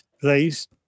please